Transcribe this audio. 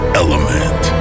element